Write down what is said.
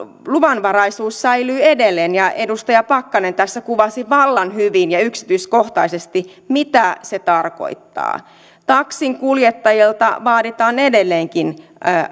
luvanvaraisuus säilyy edelleen ja edustaja pakkanen tässä kuvasi vallan hyvin ja yksityiskohtaisesti mitä se tarkoittaa taksinkuljettajalta vaaditaan edelleenkin